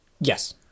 Yes